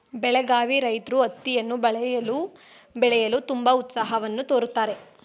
ಬೆಳಗಾವಿ ರೈತ್ರು ಹತ್ತಿಯನ್ನು ಬೆಳೆಯಲು ತುಂಬಾ ಉತ್ಸಾಹವನ್ನು ತೋರುತ್ತಾರೆ